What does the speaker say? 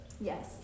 Yes